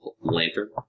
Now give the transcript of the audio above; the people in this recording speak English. lantern